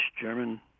German